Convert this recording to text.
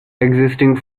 existing